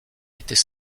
était